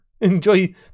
Enjoy